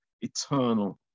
Eternal